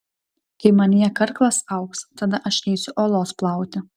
kai manyje karklas augs tada aš eisiu uolos plauti